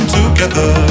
together